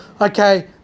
okay